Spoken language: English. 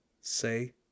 say